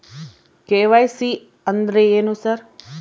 KYC ಅಂದ್ರೇನು sir?